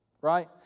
right